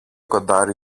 κοντάρι